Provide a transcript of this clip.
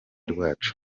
rwacu